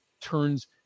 turns